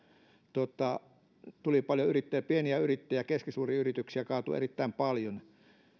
paljon yrittäjiä pieniä yrittäjiä keskisuuria yrityksiä kaatui erittäin paljon kun